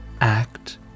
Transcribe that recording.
act